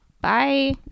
bye